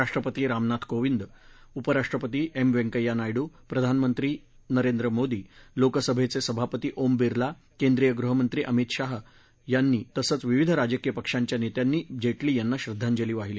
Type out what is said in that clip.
राष्ट्रपती रामनाथ कोविंद उपराष्ट्रपती व्यंकय्या नायडू प्रधानमंत्री नरेंद्र मोदी लोकसभद्वसेभापती ओम बिर्ला केंद्रीय गृहमंत्री अमित शाह यांनी तसंव विविध राजकीय पक्षांच्या नखिंनी जध्मी यांना श्रद्वांजली वाहिली